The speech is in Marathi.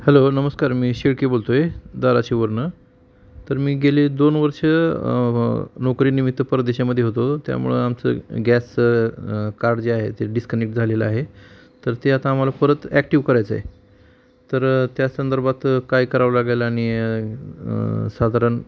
हॅलो नमस्कार मी शेळके बोलतो आहे धाराशिववरनं तर मी गेले दोन वर्ष नोकरीनिमित्त परदेशामध्ये होतो त्यामुळं आमचं गॅस कार्ड जे आहे ते डिस्कनेक्ट झालेलं आहे तर ते आता आम्हाला परत ॲक्टिव्ह करायचं आहे तर त्या संदर्भात काय करावं लागेल आणि साधारण